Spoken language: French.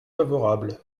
favorable